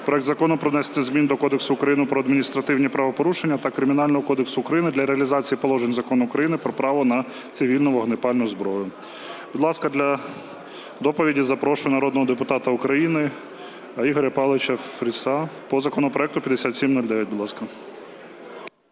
проект Закону про внесення змін до Кодексу України про адміністративні правопорушення та Кримінального кодексу України для реалізації положень Закону України "Про право на цивільну вогнепальну зброю". Будь ласка, для доповіді запрошую народного депутата України Ігоря Павловича Фріса. По законопроекту 5709, будь ласка.